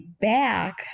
back